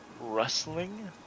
rustling